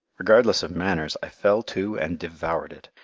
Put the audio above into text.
regardless of manners i fell to and devoured it,